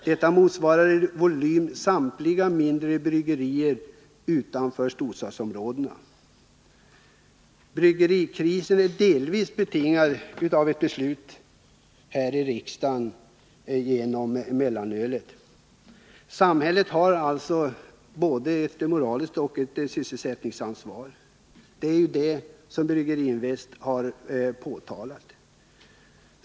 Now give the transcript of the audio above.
Detta motsvarar i volym produktionen vid samtliga mindre bryggerier utanför storstadsområdena. Bryggerikrisen är delvis betingad av riksdagens beslut att förbjuda mellanölet. Samhället har således både ett moraliskt ansvar och ett sysselsättningsansvar, vilket Brygginvest också har påpekat.